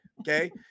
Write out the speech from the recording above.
okay